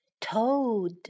Toad